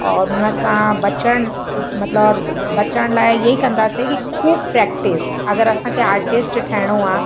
और हुनसां बचण मतलबु बचण लाइ हीअं ई कंदासीं कि ख़ूबु प्रेक्टिस अगरि असांखे आर्टिस्ट ठहिणो आहे